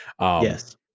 Yes